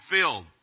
filled